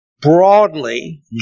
broadly